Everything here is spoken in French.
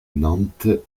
nantes